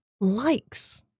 likes